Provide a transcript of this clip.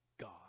God